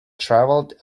traveled